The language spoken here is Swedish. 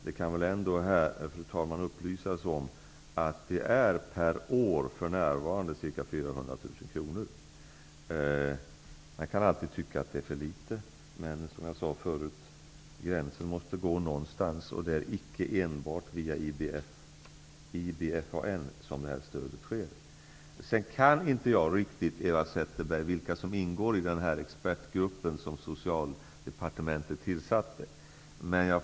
Men jag kan upplysa om att det för närvarande är ca 400 000 kr. per år. Man kan alltid tycka att det är för litet. Men, som jag sade förut, gränsen måste gå någonstans. Det är icke enbart via IBFAN som detta stöd utgår. Jag kan inte riktigt vilka som ingår i den expertgrupp som Socialdepartementet tillsatte.